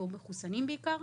במחוסנים בעיקר.